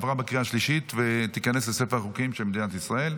עברה בקריאה השלישית ותיכנס לספר החוקים של מדינת ישראל.